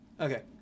Okay